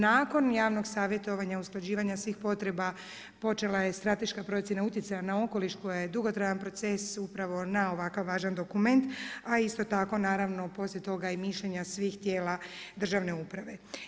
Nakon, javnog savjetovanja usklađivanja svih potreba, počela je strateška procjena utjecaja na okoliš, koja je dugotrajan proces upravo na ovakav važan dokument, a isto tako, naravno poslije toga i mišljenja svih tijela državne uprave.